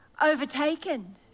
overtaken